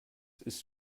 ist